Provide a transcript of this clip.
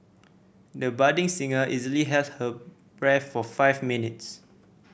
the budding singer easily held her breath for five minutes